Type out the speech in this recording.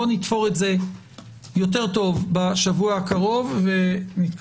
בוא נתפור את זה יותר טוב בשבוע הקרוב ונתקדם,